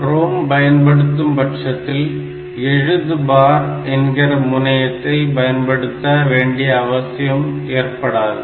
ROM பயன்படுத்தும் பட்சத்தில் எழுது பார் என்கிற முனையத்தை பயன்படுத்த வேண்டிய அவசியம் ஏற்படாது